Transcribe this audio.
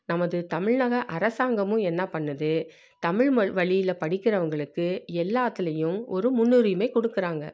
நமது தமிழக அரசாங்கமும் என்ன பண்ணுது தமிழ் வழியில படிக்கிறவங்களுக்கு எல்லாத்துலேயும் ஒரு முன்னுரிமை கொடுக்குறாங்க